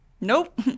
nope